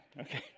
Okay